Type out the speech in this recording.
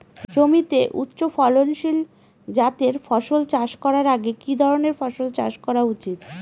জমিতে উচ্চফলনশীল জাতের ফসল চাষ করার আগে কি ধরণের ফসল চাষ করা উচিৎ?